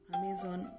Amazon